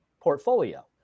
portfolio